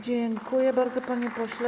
Dziękuję bardzo, panie pośle.